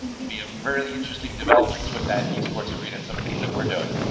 it'll be a really interesting developments with that e sports reading some of things that we're doing